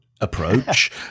approach